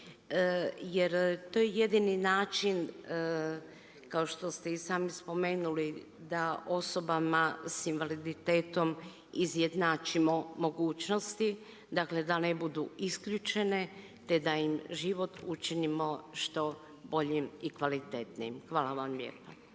Jer to je jedini način kao što ste i sami spomenuli da osobama sa invaliditetom izjednačimo mogućnosti, dakle da ne budu isključene te da im život učinimo što boljim i kvalitetnijim. Hvala vam lijepa.